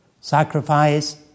Sacrifice